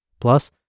Plus